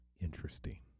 interesting